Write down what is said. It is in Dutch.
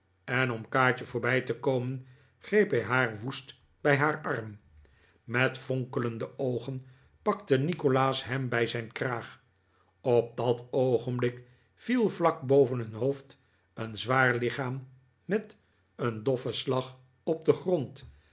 en om kaatje voorbij te komen greep hij haar woest bij haar arm met fonkelende oogen pakte nikolaas hem bij zijn kraag op dat oogenblik viel vlak boven hun hoofd een zwaar lichaam met een doffen slag op den grond